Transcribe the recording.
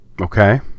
Okay